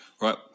right